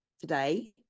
today